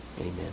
amen